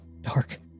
dark